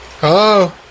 Hello